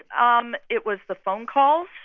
it um it was the phone calls.